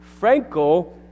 Frankel